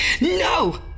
No